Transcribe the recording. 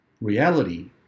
reality